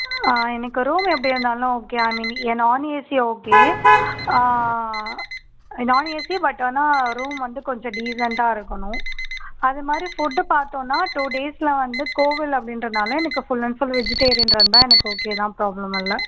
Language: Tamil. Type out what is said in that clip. எனக்கு ரூம் எப்படி இருந்தாலும் okay I mean a non ஏசியே ஓகே நான் ஏசி பட் ஆனால் ரூம் வந்து கொஞ்சம் டீசென்ட்டாக இருக்கணும் அது மாதிரி ஃபுட்டு பார்த்தோன்னா டூ டேஸ்லாம் வந்து கோவில் அப்படின்றனால எனக்கு ஃபுல் அண்ட் ஃபுல் வெஜிடேரியன் இருந்தால் எனக்கு ஓகே தான் ப்ராப்ளம் இல்லை